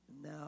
Now